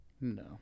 No